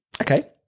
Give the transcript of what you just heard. Okay